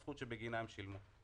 הזכות בגינה הם שילמו.